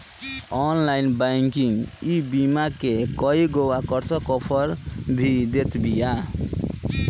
online banking ईबीमा के कईगो आकर्षक आफर भी देत बिया